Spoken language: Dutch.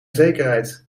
zekerheid